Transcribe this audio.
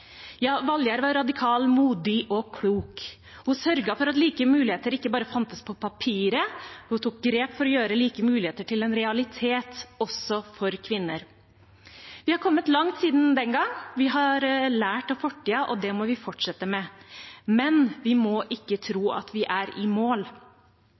Ja, Valgerd var radikal, modig og klok. Hun sørget for at like muligheter ikke bare fantes på papiret. Hun tok grep for å gjøre like muligheter til en realitet også for kvinner. Vi har kommet langt siden den gang. Vi har lært av fortiden, og det må vi fortsette med. Men vi må ikke